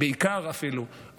בעיקר אפילו,